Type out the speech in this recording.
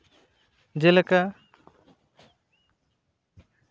ᱡᱮᱞᱮᱠᱟ